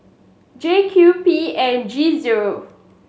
J Q P M G zero